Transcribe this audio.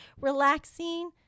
relaxing